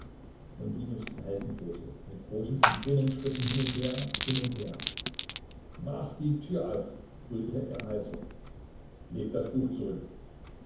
longinus in heldenpose mit großen kothurnenschritten hin und her hin und her mach die tür auf brüllte er heiser leg das buch zurück